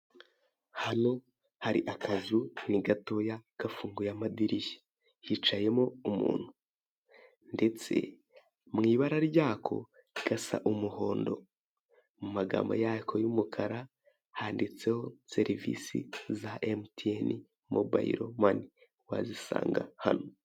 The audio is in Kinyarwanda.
Hano hari akazu ni gatoya gafunguye amadirishya, hicayemo umuntu ndetse mu ibara ryako gasa umuhondo mu magambo yako y'umukara handitseho serivise za emutiyeni mobayilo mani wazisanga hano.